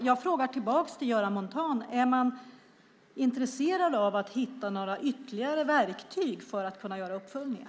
Jag ställer frågan till Göran Montan: Är ni intresserade av att hitta några ytterligare verktyg för att kunna göra uppföljningar?